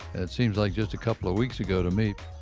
it seems like just a couple of week s ago to me.